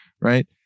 right